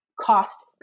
cost